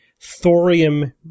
thorium